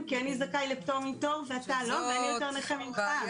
כי אני זכאי לפטור מתור ואתה לא ואני יותר נכה ממך.